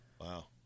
Wow